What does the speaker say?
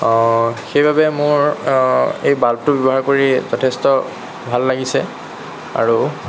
সেইবাবে মোৰ এই বাল্বটো ব্যৱহাৰ কৰি যথেষ্ট ভাল লাগিছে আৰু